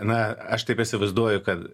na aš taip įsivaizduoju kad